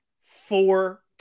four